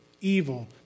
evil